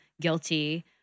guilty